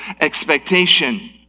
expectation